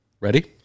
ready